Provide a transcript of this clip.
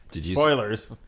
Spoilers